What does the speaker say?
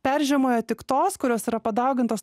peržiemoja tik tos kurios yra padaugintos